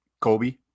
Kobe